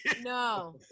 No